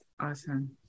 Awesome